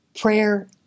Prayer